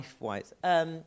life-wise